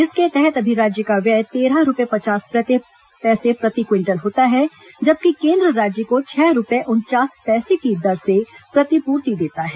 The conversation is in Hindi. इसके तहत अभी राज्य का व्यय तेरह रूपये पचास पैसे प्रति क्विंटल होता है जबकि केन्द्र राज्य को छह रूपये उनचास पैसे की दर से प्रतिपूर्ति देता है